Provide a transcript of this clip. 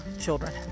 children